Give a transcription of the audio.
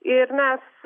ir mes